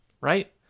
Right